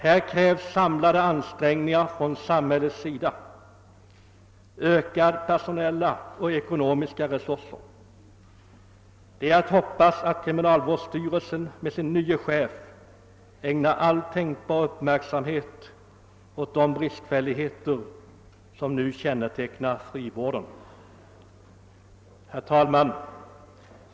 Här krävs samlade ansträngningar från samhällets sida och ökade personella och ekonomiska resurser. Det är att hoppas att kriminalvårdsstyrelsen med sin nye chef ägnar all tänkbar uppmärksamhet åt de brister som nu kännetecknar frivården. Herr talman!